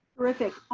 terrific.